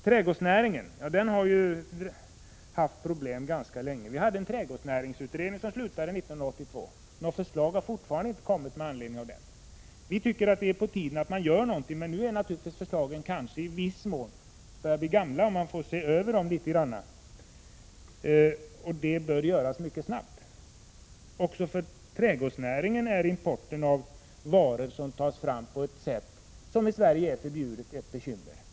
Trädgårdsnäringen har haft problem ganska länge. Vi hade en trädgårdsnäringsutredning som slutförde sitt arbete 1982. Det har fortfarande inte lagts fram något förslag med anledning av den. Vi tycker att det är på tiden att någonting görs, men förslagen från utredningen börjar i viss mån bli gamla och bör ses över. Det bör göras mycket snabbt. Också för trädgårdsnäringen är importen av varor som tas fram på ett sätt som Sverige förbjuder ett bekymmer.